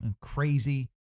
crazy